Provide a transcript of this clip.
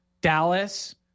Dallas